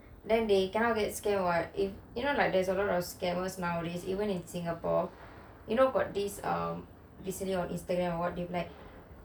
then they cannot get scammed [what] you know there are many scammers now even in singapore got this um visibly on instagram or what they